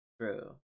true